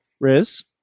Riz